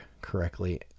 correctly